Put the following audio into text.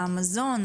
המזון,